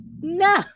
No